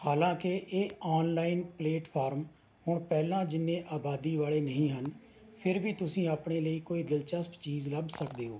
ਹਾਲਾਂਕਿ ਇਹ online platform ਹੁਣ ਪਹਿਲਾਂ ਜਿੰਨੇ ਆਬਾਦੀ ਵਾਲੇ ਨਹੀਂ ਹਨ ਫਿਰ ਵੀ ਤੁਸੀ ਆਪਣੇ ਲਈ ਕੋਈ ਦਿਲਚਸਪ ਚੀਜ਼ ਲੱਭ ਸਕਦੇ ਹੋ